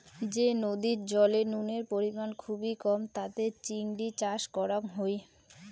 যে নদীর জলে নুনের পরিমাণ খুবই কম তাতে চিংড়ি চাষ করাং হই